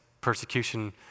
persecution